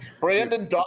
Brandon